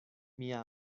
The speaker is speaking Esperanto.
mia